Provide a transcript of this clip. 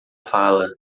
fala